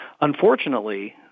Unfortunately